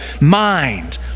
mind